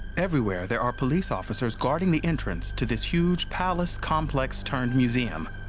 everywhere there are police officers guarding the entrance to this huge palace complex-turned-museum.